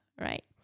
right